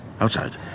outside